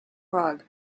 rug